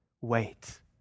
Wait